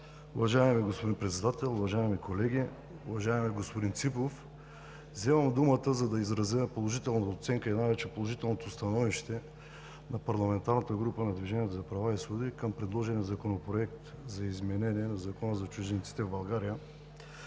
Уважаеми господин Председател, уважаеми колеги, уважаеми господин Ципов! Вземам думата, за да изразя положителната оценка и най-вече положителното становище на парламентарната група на „Движението за права и свободи“ по предложения Законопроект за изменение и допълнение на Закона за чужденците в Република